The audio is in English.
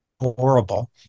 horrible